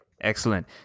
Excellent